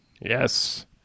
Yes